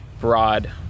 broad